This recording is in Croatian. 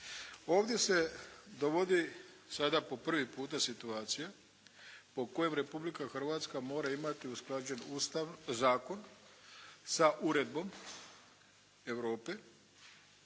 Ovdje se dovodi sada po prvi puta situacija po kojem Republika Hrvatska mora imati usklađen Ustav, zakon sa uredbom Europe,